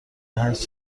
هشت